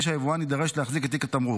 ובלי שהיבואן יידרש להחזיק את תיק התמרוק.